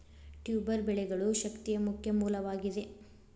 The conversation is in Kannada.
ಟ್ಯೂಬರ್ ಬೆಳೆಗಳು ಶಕ್ತಿಯ ಮುಖ್ಯ ಮೂಲವಾಗಿದೆ